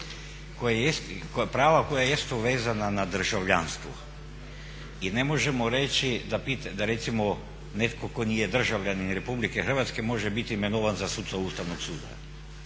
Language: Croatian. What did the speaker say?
prava koja jesu vezana na državljanstvo. I ne možemo reći da recimo netko tko nije državljanin RH može biti imenovan za suca Ustavnog suda,